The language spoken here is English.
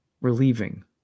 relieving